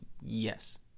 Yes